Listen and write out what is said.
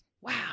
Wow